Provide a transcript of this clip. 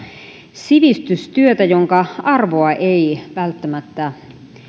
sivistystyötä jonka arvoa ei välttämättä